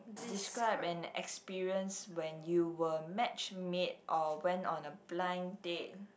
describe an experience when you were matchmade or went on a blind date